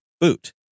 boot